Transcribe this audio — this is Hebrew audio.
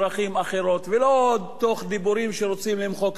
ולא תוך דיבורים שהם רוצים למחוק את מדינת ישראל.